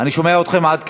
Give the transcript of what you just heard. אני שומע אתכם עד כאן.